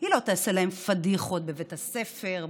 היא לא תעשה להם פדיחות בבית הספר,